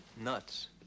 Nuts